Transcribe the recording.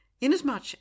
Inasmuch